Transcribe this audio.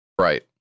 Right